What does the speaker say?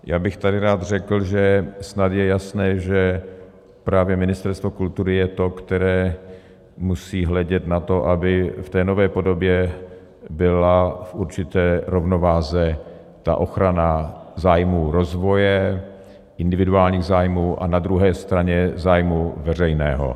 Rád bych tady řekl, že snad je jasné, že právě Ministerstvo kultury je to, které musí hledět na to, aby v té nové podobě byla v určité rovnováze ochrana zájmů rozvoje individuálních zájmů a na druhé straně zájmu veřejného.